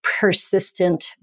persistent